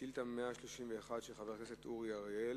שאילתא 131 של חבר הכנסת אורי אריאל,